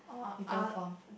people from